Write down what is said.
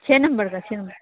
چھ نمبر کا چھ نمبر